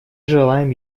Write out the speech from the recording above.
желаем